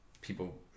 people